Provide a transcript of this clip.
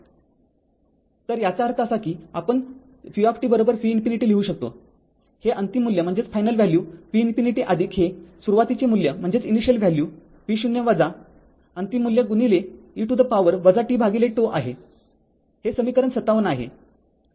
तर याचा अर्थ असा की आपण vtv ∞लिहू शकतो हे अंतिम मूल्य v ∞ हे सुरुवातीचे मूल्य v0 अंतिम मूल्य गुणिले e to the power tτ आहे हे समीकरण ५७ आहे